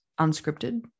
unscripted